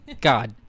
god